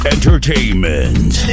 Entertainment